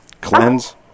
cleanse